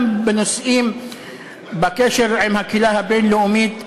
גם בנושאים של הקשר עם הקהילה הבין-לאומית,